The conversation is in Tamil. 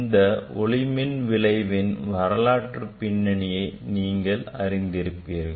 இந்த ஒளி மின் விளைவின் வரலாற்றுப் பின்னணியை நீங்கள் அறிந்திருப்பீர்கள்